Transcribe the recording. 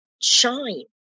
shine